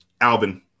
Alvin